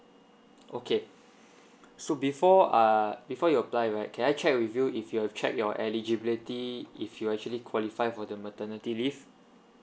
okay so before uh before you apply right can I check with you if you check your eligibility if you actually qualify for the maternity leave